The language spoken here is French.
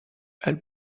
elle